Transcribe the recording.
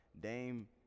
Dame